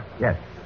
Yes